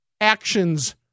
Actions